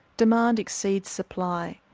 demand exceeds supply.